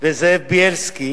וזאב בילסקי